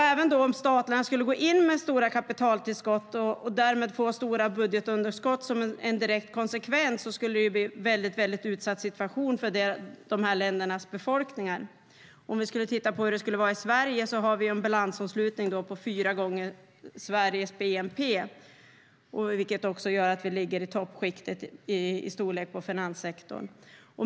Även om staterna skulle gå in med stora kapitaltillskott, och därmed få stora budgetunderskott som en direkt konsekvens, skulle det bli en väldigt utsatt situation för de här ländernas befolkningar. Om vi skulle titta på hur det skulle vara i Sverige skulle vi få se att vi har en balansomslutning på fyra gånger Sveriges bnp, vilket också gör att vi ligger i toppskiktet när det gäller storlek på finanssektorn.